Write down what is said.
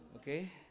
okay